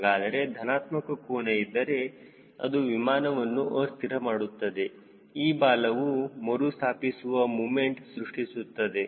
ಹಾಗಾದರೆ ಧನಾತ್ಮಕ ಕೋನ ಇದ್ದರೆ ಅದು ವಿಮಾನವನ್ನು ಅಸ್ಥಿರ ಮಾಡುತ್ತದೆ ಈ ಬಾಲವು ಮರುಸ್ಥಾಪಿಸುವ ಮೂಮೆಂಟ್ ಸೃಷ್ಟಿಸುತ್ತದೆ